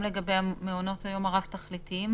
איזה כותרות היום היו בתקשורת על הצפיפות,